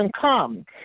come